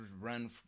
run